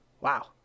wow